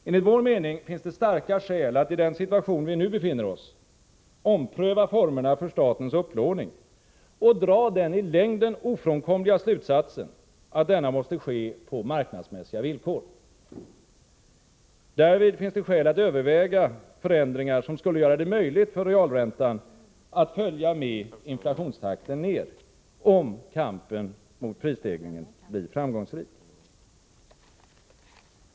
Enligt vår mening finns det starka skäl att i den situation vi nu befinner oss ompröva formerna för statens upplåning och dra den i längden ofrånkomliga slutsatsen att denna måste ske på marknadsmässiga villkor. Därvid finns det skäl att överväga förändringar som skulle göra det möjligt för realräntan att följa med inflationstakten ner, om kampen mot prisstegringen blir framgångsrik.